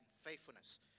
faithfulness